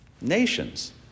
Nations